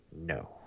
No